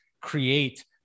create